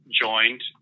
joined